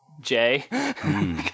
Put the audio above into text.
Jay